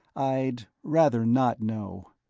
i'd rather not know.